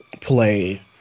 play